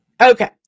okay